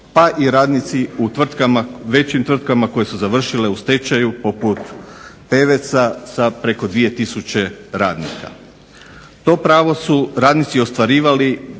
pa i radnici u većim tvrtkama koje su završile u stečaju poput Peveca sa preko 2 tisuće radnika. To pravo su radnici ostvarivali